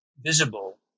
visible